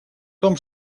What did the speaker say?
том